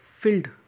filled